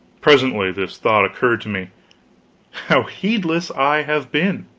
presently this thought occurred to me how heedless i have been!